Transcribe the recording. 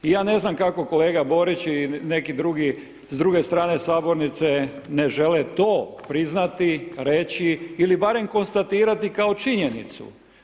Ja ne znam kako kolega Borić i neki drugi, s druge strane sabornice, ne žele to priznati, reći ili barem konstatirati kao činjenicu.